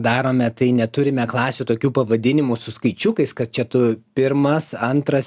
darome tai neturime klasių tokiu pavadinimų su skaičiukais kad čia tu pirmas antras